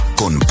con